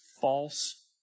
false